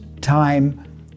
time